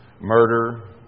murder